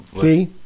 See